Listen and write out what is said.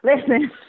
Listen